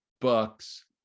Bucks